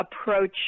approach